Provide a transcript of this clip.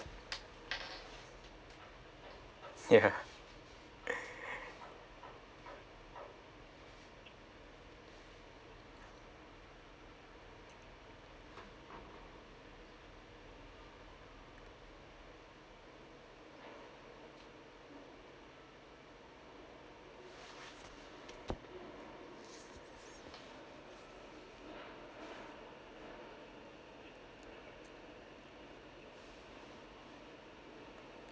ya